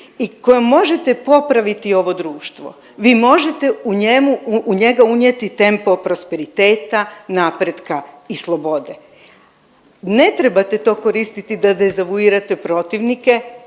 i kojom možete popraviti ovo društvo. Vi možete u njemu, u njega unijeti tempo prosperiteta, napretka i slobode. Ne trebate to koristiti da dezavuirate protivnike